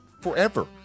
forever